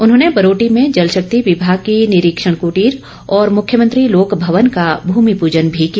उन्होंने बरोटी में जल शक्ति विभाग की निरीक्षण कृटीर और मुख्यमंत्री लोकभवन का भूमिपुजन भी किया